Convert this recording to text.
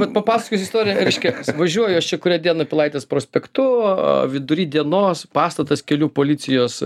vat papasakosiu istoriją reiškia važiuoju aš čia kurią dieną pilaitės prospektu o vidury dienos pastatas kelių policijos